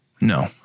No